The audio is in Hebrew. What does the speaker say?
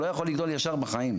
הוא לא יכול לגדול ישר בחיים.